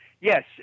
yes